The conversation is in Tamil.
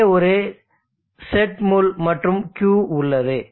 இங்கே ஒரு செட் முள் மற்றும் Q உள்ளது